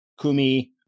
Kumi